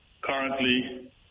currently